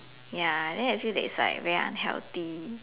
ya then I feel that is like very unhealthy